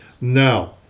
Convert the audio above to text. now